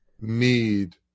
need